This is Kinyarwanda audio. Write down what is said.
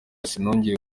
sinongeye